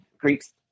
greeks